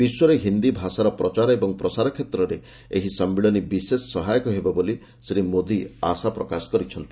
ବିଶ୍ୱରେ ହିନ୍ଦୀଭାଷାର ପ୍ରଚାର ଏବଂ ପ୍ରସାର କ୍ଷେତ୍ରରେ ଏହି ସମ୍ମିଳନୀ ବିଶେଷ ସହାୟକ ହେବ ବୋଲି ଶ୍ରୀ ମୋଦି ଆଶା ପ୍ରକାଶ କରିଚ୍ଛନ୍ତି